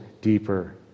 deeper